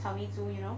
草莓族 you know